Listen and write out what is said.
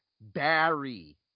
Barry